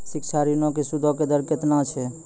शिक्षा ऋणो के सूदो के दर केतना छै?